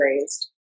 raised